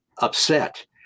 upset